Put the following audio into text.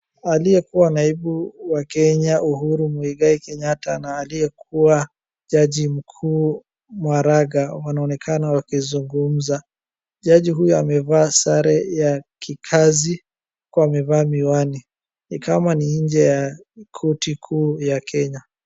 Aliyekuwa naibu wa Kenya Uhuru Mwigai Kenyatta, na aliyekuwa jaji mkuu Maraga wanaonekana wakizungumza. Jaji huyu amevaa sare ya kikazi huku amevaa miwani. Ni kama ni nje ya koti kuu ya Kenya.